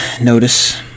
notice